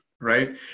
right